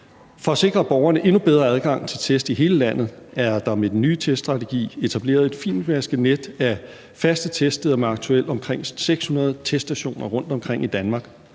For at sikre borgerne endnu bedre adgang til test i hele landet er der med den nye teststrategi etableret et fintmasket net af faste teststeder med aktuelt omkring 600 teststationer rundtomkring i Danmark.